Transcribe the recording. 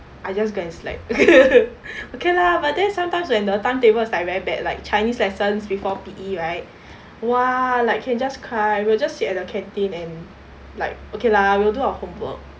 I just go and slack okay lah but then sometimes when the timetable is like very bad like chinese lessons before P_E right !wah! like can just cry we will just sit at the canteen and like okay lah we'll do our homework